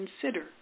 consider